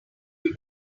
did